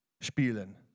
spielen